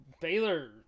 Baylor